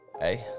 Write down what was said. Hey